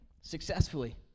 successfully